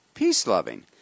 Peace-loving